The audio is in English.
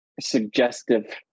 suggestive